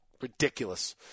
ridiculous